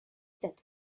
that